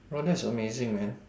oh that's amazing man